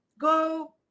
go